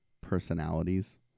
personalities